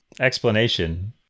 explanation